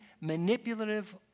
manipulative